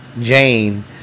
Jane